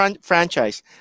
franchise